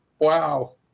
wow